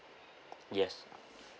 yes